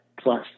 plus